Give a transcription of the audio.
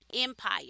empire